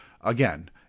again